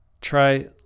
try